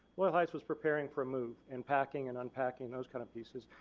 loyal heights was preparing for a move and packing and unpacking those kind of pieces.